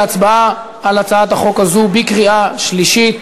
להצבעה על הצעת החוק הזאת בקריאה שלישית.